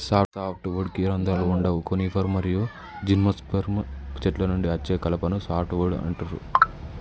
soft వుడ్కి రంధ్రాలు వుండవు కోనిఫర్ మరియు జిమ్నోస్పెర్మ్ చెట్ల నుండి అచ్చే కలపను సాఫ్ట్ వుడ్ అంటుండ్రు